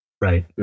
Right